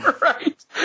Right